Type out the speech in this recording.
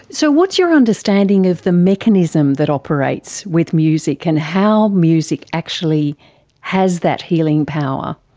so what's your understanding of the mechanism that operates with music and how music actually has that healing power?